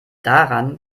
daran